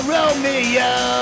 Romeo